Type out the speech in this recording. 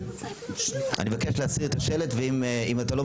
האם יש